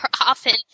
often